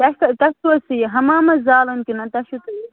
تۄہہِ کٔژ تۄہہِ کٔژ چھِ یہِ حمامَس زالُن کِنہٕ تۄہہِ چھُو یہِ